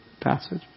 passage